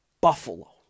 Buffalo